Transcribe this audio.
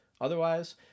Otherwise